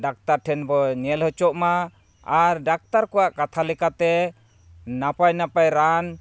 doctor ᱴᱷᱮᱱ ᱵᱚᱱ ᱧᱮᱞ ᱦᱚᱪᱚᱜᱼᱢᱟ ᱟᱨ ᱰᱟᱠᱛᱟᱨ ᱠᱚᱣᱟᱜ ᱠᱟᱛᱷᱟ ᱞᱮᱠᱟᱛᱮ ᱱᱟᱯᱟᱭ ᱱᱟᱯᱟᱭ ᱨᱟᱱ